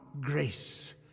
grace